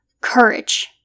courage